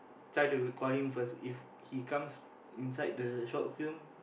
try to call him first if he comes inside the short film